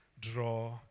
draw